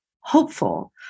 hopeful